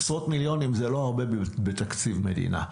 עשרות מיליונים זה לא הרבה בתקציב מדינה.